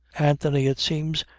anthony, it seems,